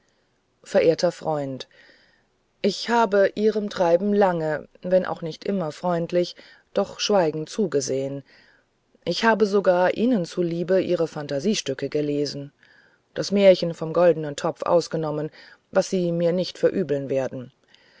verehrter freund ich habe ihrem treiben lange wenn auch nicht immer freundlich doch schweigend zugesehen ich habe sogar ihnen zu liebe ihre fantasiestücke gelesen das märchen vom goldnen topf ausgenommen was sie mir nicht verübeln werden